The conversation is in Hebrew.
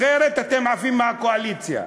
אחרת אתם עפים מהקואליציה.